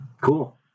Cool